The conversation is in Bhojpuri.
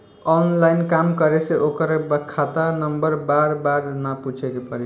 ऑनलाइन काम करे से ओकर खाता नंबर बार बार ना पूछे के पड़ी